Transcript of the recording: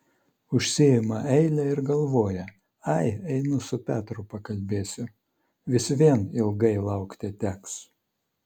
užsiima eilę ir galvoja ai einu su petru pakalbėsiu vis vien ilgai laukti teks